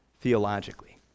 theologically